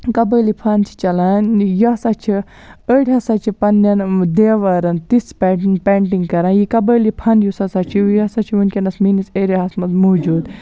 قبٲیلی فن چھُ چَلان یہِ ہسا چھِ أڑۍ ہسا چھِ پَننٮ۪ن دیوارَن تِژھ پینٹ پینٛٹِنٛگ کَران یہِ قبٲیلی فن یُس ہسا چھُ یہِ ہسا چھُ وٕنکیٚنس میٲنِس ایریا ہس منٛز موٗجوٗد